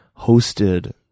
hosted